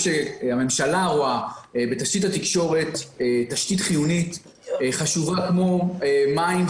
הממשלה רואה בתשתית התקשורת תשתית חיונית חשובה כמו מים,